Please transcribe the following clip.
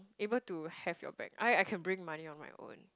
able to have your back I I can bring money on my own